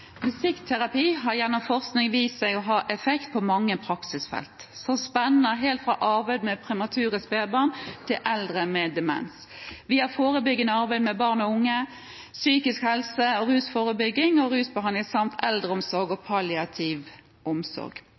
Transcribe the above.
Musikkterapi har gjennom forskning vist seg å ha effekt på mange praksisfelt som spenner helt fra arbeid med premature spedbarn til eldre med demens, via forebyggende arbeid med barn og unge, psykisk helse og rusforebygging og rusbehandling samt eldreomsorg og palliativ omsorg.